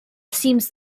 seems